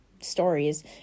stories